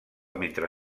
mentre